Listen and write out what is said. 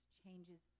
changes